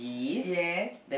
yes